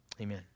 amen